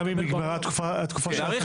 גם אם נגמרה התקופה שאפשר להשתמש בו?